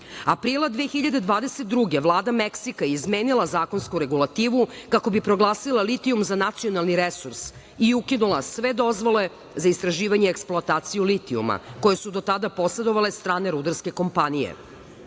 Aprila 2022. Godine, vlada Meksika je izmenila zakonsku regulativu, kako bi proglasila litijum za nacionalni resurs i ukinula sve dozvole za istraživanje i eksploataciju litijuma, koje su do tada posedovale strane rudarske kompanije. Kompanija